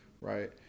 right